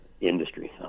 industry